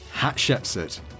Hatshepsut